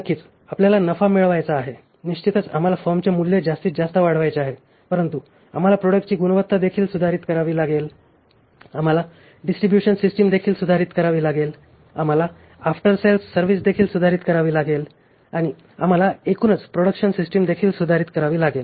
नक्कीच आपल्याला नफा मिळवायचा आहे निश्चितच आम्हाला फर्मचे मूल्य जास्तीतजास्त वाढवायचे आहे परंतु आम्हाला प्रॉडक्टची गुणवत्ता देखील सुधारित करावी लागेल आम्हाला डिस्ट्रिब्युशन सिस्टिम देखील सुधारित करावी लागेल आम्हाला आफ्टरसेल्स सर्व्हिस देखील सुधारित करावी लागेल आणि आम्हाला एकूणच प्रोडक्शन सिस्टिम देखील सुधारित करावी लागेल